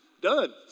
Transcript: Done